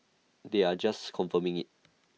they are just confirming IT